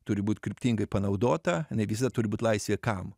turi būt kryptingai panaudota jinai visada turi būt laisvė kam